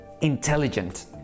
intelligent